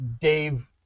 Dave